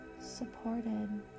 supported